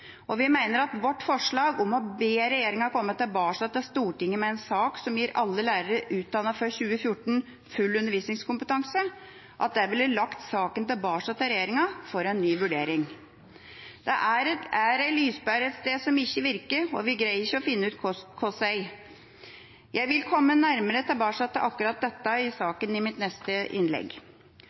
Vi mener at vårt forslag om å be regjeringa komme tilbake til Stortinget med en sak som gir alle lærere som er utdannet før 2014, full undervisningskompetanse, ville lagt saken tilbake til regjeringa for en ny vurdering. «Det e ei lyspær et sted som itj virke. Og vi grei’ itj å finn ut ko’ss ei.» Jeg vil komme nærmere tilbake til akkurat denne saken i mitt neste innlegg.